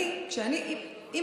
אני אומרת, אני לא מזלזלת.